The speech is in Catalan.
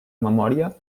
memòria